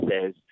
says